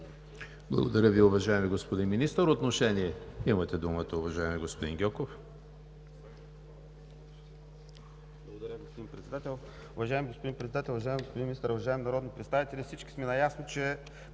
Благодаря Ви, уважаеми господин Министър. Отношение – имате думата, уважаеми господин Гьоков.